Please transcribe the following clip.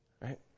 Right